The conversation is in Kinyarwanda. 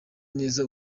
neza